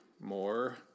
more